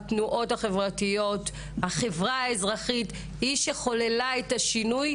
התנועות החברתיות והחברה האזרחית הן שחוללו את השינוי,